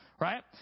Right